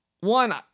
one